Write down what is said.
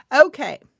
okay